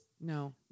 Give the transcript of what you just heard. No